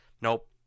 Nope